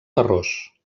terrós